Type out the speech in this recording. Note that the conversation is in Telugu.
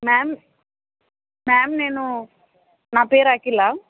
మ్యామ్ మ్యామ్ నేను నా పేరు అఖిల